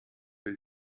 will